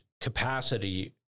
capacity